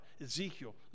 Ezekiel